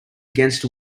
against